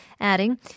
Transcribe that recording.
adding